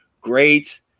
great